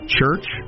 church